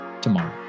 tomorrow